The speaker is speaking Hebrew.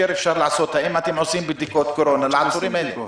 האם אתם עושים בדיקות קורונה לעצורים האלה?